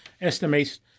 estimates